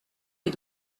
est